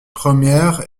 première